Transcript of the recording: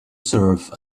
serve